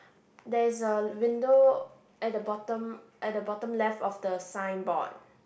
there is a window at the bottom at the bottom left of the signboard